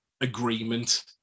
agreement